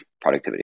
productivity